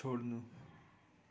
छोड्नु